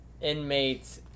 inmates